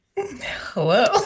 hello